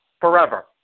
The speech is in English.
forever